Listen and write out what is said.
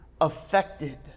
affected